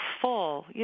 full